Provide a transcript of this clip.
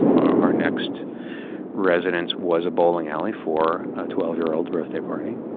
our next residence was a bowling alley for a twelve year old's birthday party.